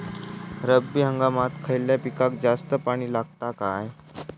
रब्बी हंगामात खयल्या पिकाक जास्त पाणी लागता काय?